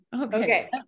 Okay